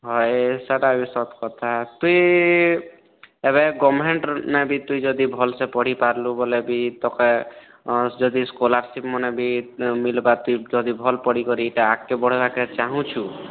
ହଏ ସେଟା ବି ସତ୍ କଥା ତୁଇ ଏବେ ଗଭର୍ଣ୍ଣମେଣ୍ଟର ନା ବି ତୁଇ ଯଦି ଭଲ୍ସେ ପଢ଼ିପାର୍ଲୁ ବୋଲେ ବି ତୋତେ ଯଦି ସ୍କଲାର୍ସିପ୍ ମିଲ୍ବା ଯଦି ତୁଇ ଭଲ୍ ପଢ଼ିକରି ଆଗ୍କେ ବଢ଼ବାକେ ଚାହୁଁଛୁ